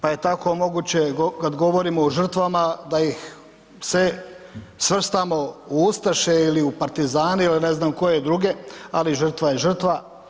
Pa je tako moguće kada govorimo o žrtvama da ih svrstamo u ustaše ili partizane ili ne znam koje druge, ali žrtva je žrtva.